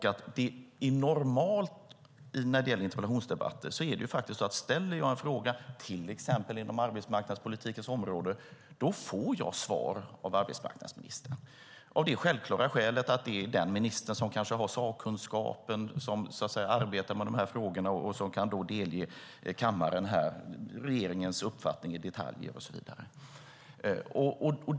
När det gäller interpellationsdebatter är det normala att om jag till exempel ställer en fråga inom arbetsmarknadspolitikens område får jag svar av arbetsmarknadsministern, av det självklara skälet att det är den minister som har sakkunskapen, som arbetar med de här frågorna och som kan delge kammaren regeringens uppfattning i detaljer och så vidare.